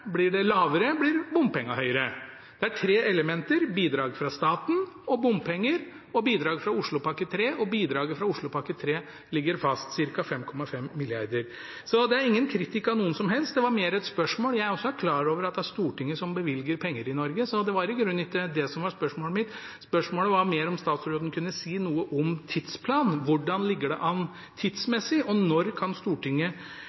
Blir det lavere, blir bompengeandelen høyere. Det er tre elementer: bidrag fra staten, bompenger og bidrag fra Oslopakke 3. Bidraget fra Oslopakke 3 ligger fast – ca. 5,5 mrd. kr. Så det er ingen kritikk av noen, det var mer et spørsmål. Jeg er også klar over at det er Stortinget som bevilger penger i Norge, så det var i grunnen ikke det som var spørsmålet mitt. Spørsmålet var mer om statsråden kunne si noe om tidsplanen – hvordan ligger det an